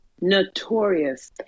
notorious